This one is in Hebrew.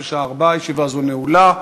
בשעה 16:00. ישיבה זו נעולה.